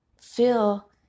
feel